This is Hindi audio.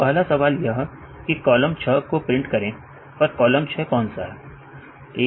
अब पहला सवाल यह कि कॉलम 6 को प्रिंट करें पर कॉलम 6 कौन सा है